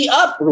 up